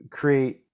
create